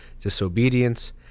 disobedience